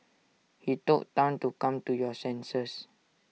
he told Tan to come to your senses